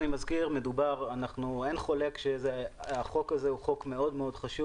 אני מזכיר אין חולק שהחוק הזה מאוד חשוב,